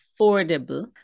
affordable